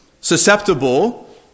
susceptible